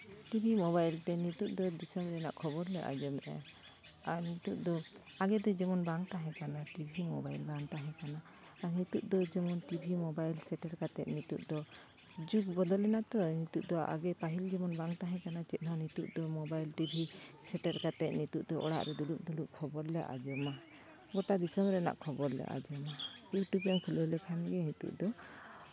TV mobile ᱛᱮ ᱱᱤᱛᱳᱜ ᱫᱚ ᱫᱤᱥᱚᱢ ᱨᱮᱱᱟᱜ ᱠᱷᱚᱵᱚᱨ ᱞᱮ ᱟᱸᱡᱚᱢ ᱮᱫᱟ ᱟᱨ ᱱᱤᱛᱚᱜ ᱫᱚ ᱟᱜᱮ ᱫᱚ ᱡᱮᱢᱚᱱ ᱵᱟᱝ ᱛᱟᱦᱮᱸ ᱠᱟᱱᱟ ᱴᱤᱵᱷᱤ ᱢᱳᱵᱟᱭᱤᱞ ᱵᱟᱝ ᱛᱟᱦᱮᱸ ᱠᱟᱱᱟ ᱱᱤᱛᱳᱜ ᱫᱚ ᱡᱮᱢᱚᱱ ᱴᱤᱵᱷᱤ ᱢᱳᱵᱟᱭᱤᱞ ᱥᱮᱴᱮᱨ ᱠᱟᱛᱮᱫ ᱱᱤᱛᱳᱜ ᱫᱚ ᱡᱩᱜᱽ ᱵᱚᱫᱚᱞᱮᱱᱟ ᱛᱚ ᱱᱤᱛᱳᱜ ᱫᱚ ᱟᱜᱮ ᱯᱟᱹᱦᱤᱞ ᱡᱮᱢᱚᱱ ᱵᱟᱝ ᱛᱟᱦᱮᱸ ᱠᱟᱱᱟ ᱪᱮᱫ ᱦᱚᱸ ᱱᱤᱛᱳᱜ ᱫᱚ ᱢᱳᱵᱟᱭᱤᱞ ᱴᱤᱵᱷᱤ ᱥᱮᱴᱮᱨ ᱠᱟᱛᱮᱫ ᱱᱤᱛᱳᱜ ᱫᱚ ᱚᱲᱟᱜ ᱨᱮ ᱫᱩᱲᱩᱵ ᱫᱩᱲᱩᱵ ᱠᱷᱚᱵᱚᱨ ᱞᱮ ᱟᱸᱡᱚᱢᱟ ᱜᱳᱴᱟ ᱫᱤᱥᱚᱢ ᱨᱮᱱᱟᱜ ᱠᱷᱚᱵᱚᱨᱞᱮ ᱟᱸᱡᱚᱢᱟ ᱤᱭᱩᱴᱩᱵ ᱨᱮ ᱠᱷᱩᱞᱟᱹᱣ ᱞᱮᱠᱷᱟᱱ ᱫᱚ ᱱᱤᱛᱳᱜ ᱫᱚ